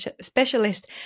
specialist